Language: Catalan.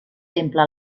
temple